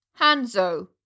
Hanzo